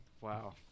Wow